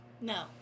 No